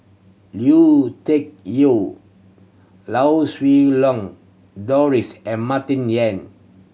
Lui Tuck Yew Lau Siew Lang Doris and Martin Yan